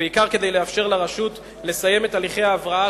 ובעיקר כדי לאפשר לרשות לסיים את הליכי ההבראה